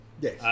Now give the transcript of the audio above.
Yes